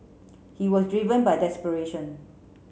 he was driven by desperation